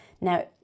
Now